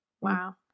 Wow